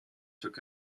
took